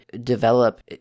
develop